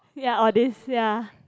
ya all these ya